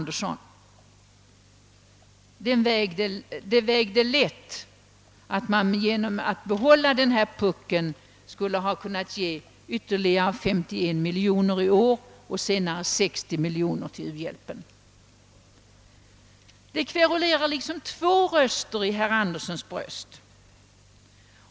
Det förhållandet att man genom att behålla den här puckeln skulle kunna ge ytterligare 51 miljoner kronor i år och 60 miljoner kronor senare till u-hjälpen vägde lätt. Det förefaller som om två röster talar i herr Andersons bröst.